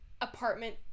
apartment